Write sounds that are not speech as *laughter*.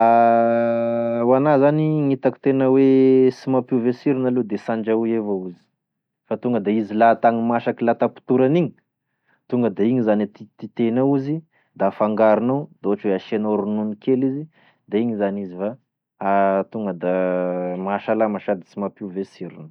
*hesitation* Ho anahy zany gn'itako tena hoe sy mampiova e sirony aloa de sy andrahoy evao izy fa tonga da izy latagny masaky latapotorany igny tonga da igny zany titititenao izy da afangaronao da ohatry hoe asianao ronono kely izy igny zany izy *hesitation* tonga da mahasalama sady sy mampiova e sirony.